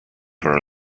for